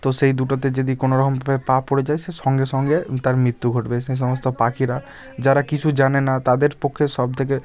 তো সেই দুটোতে যেদি কোনো রকমভাবে পা পড়ে যায় সে সঙ্গে সঙ্গে তার মৃত্যু ঘটবে সে সমস্ত পাখিরা যারা কিছু জানে না তাদের পক্ষে সব থেকে